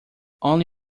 only